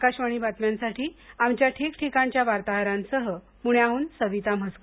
आकाशवाणी बातम्यांसाठी आमच्या ठिकठिकाणच्या वार्ताहरांसह पुण्याहन सविता म्हसकर